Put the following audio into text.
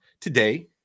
today